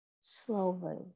slowly